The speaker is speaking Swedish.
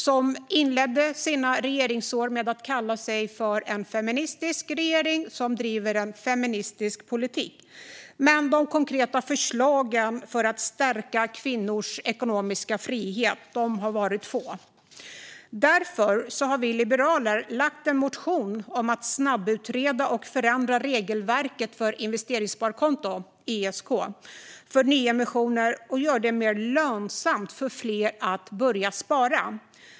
Den inledde sina regeringsår med att kalla sig en feministisk regering som driver en feministisk politik. Men de konkreta förslagen för att stärka kvinnors ekonomiska frihet har varit få. Därför har vi liberaler väckt en motion om att snabbutreda och förändra regelverket för investeringssparkonton, ISK, för nyemissioner och göra det mer lönsamt för fler att börja spara.